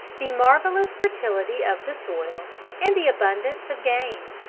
the marvelous fertility of the soil and the abundance of game.